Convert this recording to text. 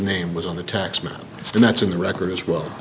name was on the tax man and that's in the record as well